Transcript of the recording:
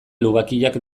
lubakiak